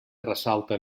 ressalta